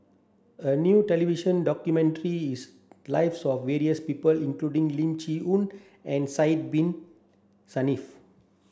a new television documented the lives of various people including Lim Chee Onn and Sidek Bin Saniff